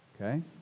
Okay